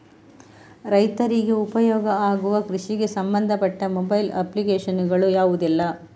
ರೈತರಿಗೆ ಉಪಯೋಗ ಆಗುವ ಕೃಷಿಗೆ ಸಂಬಂಧಪಟ್ಟ ಮೊಬೈಲ್ ಅಪ್ಲಿಕೇಶನ್ ಗಳು ಯಾವುದೆಲ್ಲ?